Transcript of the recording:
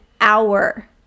hour